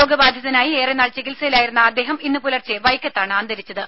രോഗബാധിതനായി ഏറെ നാൾ ചികിത്സയിലായിരുന്ന അദ്ദേഹം ഇന്ന് പുലർച്ചെ വൈക്കത്താണ് അന്തരിച്ചത്